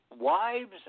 wives